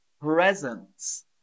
presents